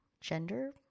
gender